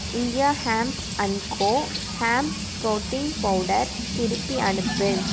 India hemp and co hemp protein powder திருப்பி அனுப்பு